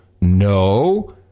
no